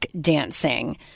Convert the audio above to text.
Dancing